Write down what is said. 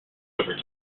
over